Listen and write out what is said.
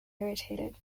irritated